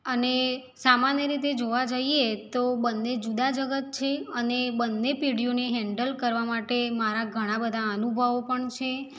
અને સામાન્ય રીતે જોવા જઈએ તો બંને જુદાં જગત છે અને બંને પેઢીઓને હેન્ડલ કરવા માટે મારા ઘણા બધા અનુભવો પણ છે